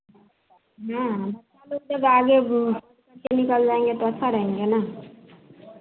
हाँ हाँ बच्चा लोग सब आगे हो सबकोई निकल जाएंगे तो अच्छा रहेंगे ना